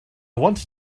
want